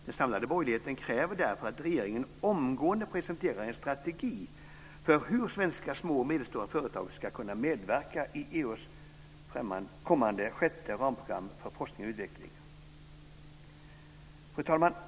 Den samlade borgerligheten kräver därför att regeringen omgående presenterar en strategi för hur svenska små och medelstora företag ska kunna medverka i EU:s kommande sjätte ramprogram för forskning och utveckling. Fru talman!